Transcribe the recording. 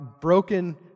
broken